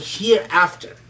hereafter